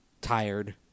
tired